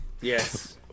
Yes